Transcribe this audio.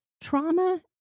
trauma